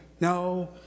No